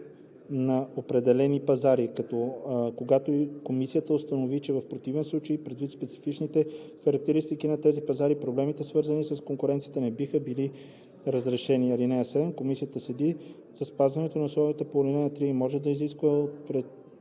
на определени пазари, когато комисията установи, че в противен случай, предвид специфичните характеристики на тези пазари, проблемите, свързани с конкуренцията, не биха били разрешени. (7) Комисията следи за спазването на условията по ал. 3 и може да изисква от